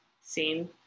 scene